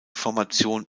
formation